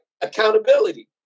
Accountability